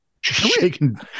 shaking